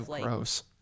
gross